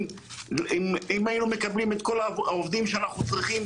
אם היינו מקבלים את כל העובדים שאנחנו צריכים,